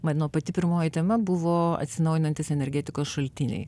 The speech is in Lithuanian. mano pati pirmoji tema buvo atsinaujinantys energetikos šaltiniai